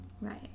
Right